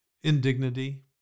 indignity